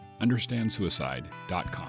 understandsuicide.com